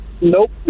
Nope